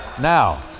Now